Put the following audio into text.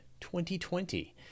2020